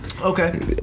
Okay